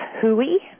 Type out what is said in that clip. hooey